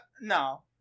No